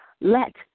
let